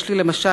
למשל,